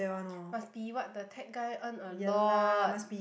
must be what the tech guy earn a lot